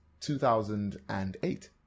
2008